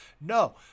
No